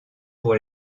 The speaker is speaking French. pour